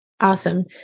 awesome